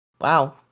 Wow